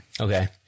Okay